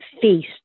feast